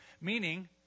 Meaning